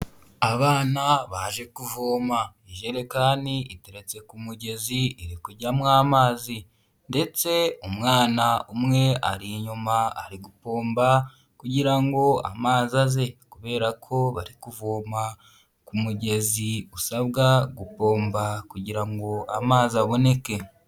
Abana baje kuvoma, ijerekani iteretse ku mugezi iri kujyamo amazi, ndetse umwana umwe ari inyuma ari gupomba kugira ngo amazi aze kubera ko bari kuvoma ku mugezi usabwa gupomba kugira ngo amazi aboneke.